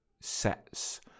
sets